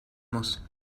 muss